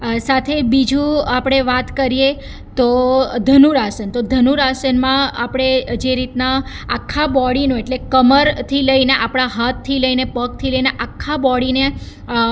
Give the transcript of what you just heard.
સાથે બીજું આપણે વાત કરીએ તો ધનુર આસન તો ધનુર આસનમાં આપણે જે રીતના આખા બોડીનો એટલે કમરથી લઈને આપણા હાથથી લઈને પગથી લઈને આખા બોડીને